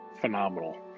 phenomenal